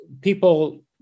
people